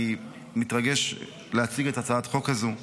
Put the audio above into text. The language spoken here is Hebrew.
אני מתרגש להציג את הצעת החוק הזו,